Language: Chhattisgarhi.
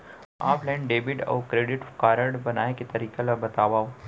ऑफलाइन डेबिट अऊ क्रेडिट कारड बनवाए के तरीका ल बतावव?